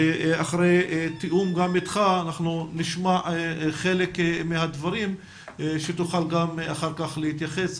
ואחרי תיאום גם איתך אנחנו נשמע חלק מהדברים שתוכל גם אחר כך להתייחס.